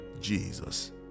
Jesus